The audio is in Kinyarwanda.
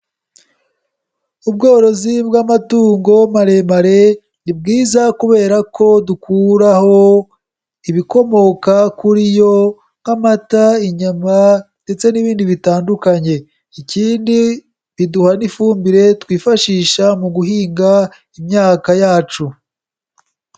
Ubworozi bw'amatungo maremare, ni bwiza kubera ko dukuraho ibikomoka kuri yo nk'amata, inyama ndetse n'ibindi bitandukanye. Ikindi biduha n'ifumbire twifashisha mu guhinga imyaka yacu.